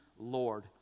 Lord